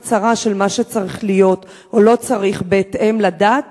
צרה של מה שצריך להיות או לא צריך בהתאם לדת,